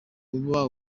kuba